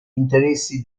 interessi